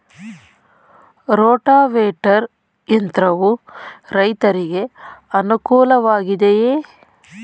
Rotavator ಯಂತ್ರವು ರೈತರಿಗೆ ಅನುಕೂಲ ವಾಗಿದೆಯೇ?